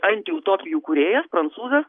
antiutopijų kūrėjas prancūzas